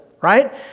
right